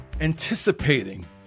anticipating